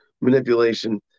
manipulation